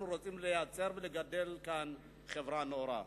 אנחנו רוצים לייצר ולגדל כאן חברה נאורה.